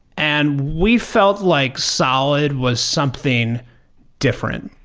and we felt like solid was something different.